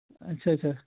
اَچھا اَچھا